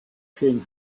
king